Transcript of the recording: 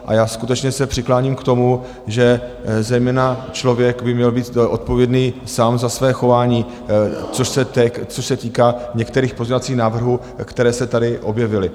A já skutečně se přikláním k tomu, že zejména člověk by měl být odpovědný sám za své chování, což se týká některých pozměňovacích návrhů, které se tady objevily.